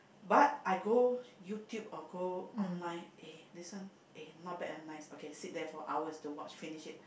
but I go YouTube or go online eh this one aye not bad eh nice okay sit there for hours to watch finish it